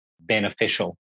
beneficial